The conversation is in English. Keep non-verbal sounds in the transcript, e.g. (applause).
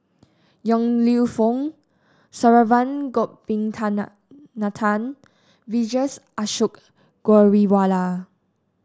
Yong Lew Foong Saravanan (unintelligible) Vijesh Ashok Ghariwala